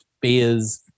beers